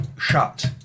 shut